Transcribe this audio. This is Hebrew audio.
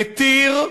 מתיר,